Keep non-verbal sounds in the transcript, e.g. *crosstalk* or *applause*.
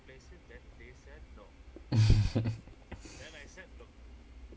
*laughs*